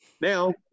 now